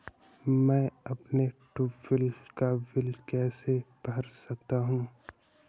मैं अपने ट्यूबवेल का बिल कैसे भर सकता हूँ?